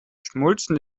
schmolzen